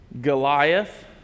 Goliath